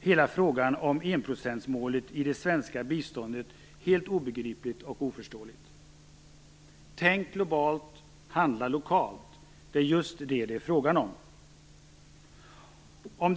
hela frågan om enprocentsmålet i det svenska biståndet helt obegriplig. Tänk globalt - handla lokalt! Det är just det som det är fråga om.